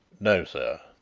no, sir.